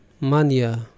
mania